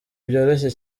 byoroshye